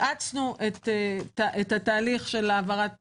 האצנו את התהליך של העברת